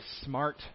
smart